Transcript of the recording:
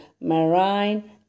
marine